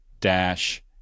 dash